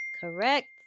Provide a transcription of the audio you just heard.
Correct